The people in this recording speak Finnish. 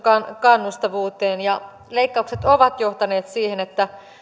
kannustavuuteen ja leikkaukset ovat johtaneet siihen että